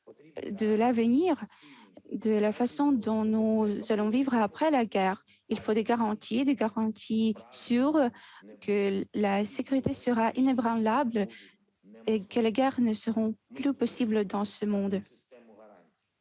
à l'avenir et à la façon dont nous allons vivre après la guerre. Il faut des garanties sûres, la garantie que la sécurité sera inébranlable et que la guerre ne sera plus possible dans ce monde.